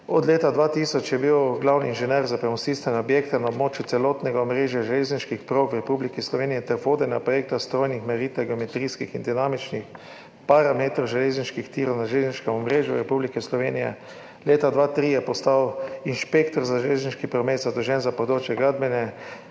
Od leta 2000 je bil glavni inženir za premostitvene objekte na območju celotnega omrežja železniških prog v Republiki Sloveniji ter vodenja projekta strojnih meritev geometrijskih in dinamičnih parametrov železniških tirov na železniškem omrežju Republike Slovenije. Leta 2003 je postal inšpektor za železniški promet, zadolžen za področje gradbenega